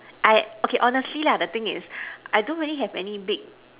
I okay honestly lah the thing is I don't really have any big